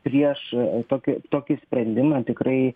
prieš a tokį tokį sprendimą tikrai